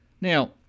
Now